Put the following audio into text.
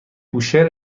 کوشر